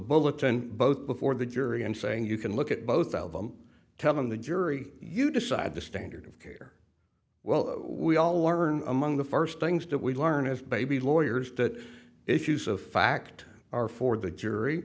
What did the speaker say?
bulletin both before the jury and saying you can look at both of them telling the jury you decide the standard of care well we all learn among the first things that we learn as baby lawyers that issues of fact are for the jury